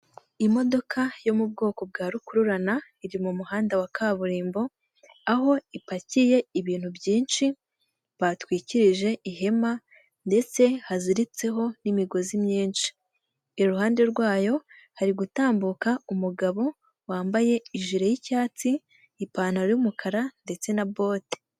Imodoka yo mu bwoko bwa rukururana iri mu muhanda wa kaburimbo aho ipakiye ibintu byinshi batwikirije ihema, ndetse haziritseho n'imigozi myinshi. Iruhande rwayo harigutambuka umugabo wambaye ijre y'icyatsi, ipantaro y'umukara, ndetse na bote.